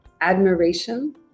admiration